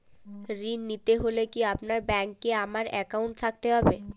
ঋণ নিতে হলে কি আপনার ব্যাংক এ আমার অ্যাকাউন্ট থাকতে হবে?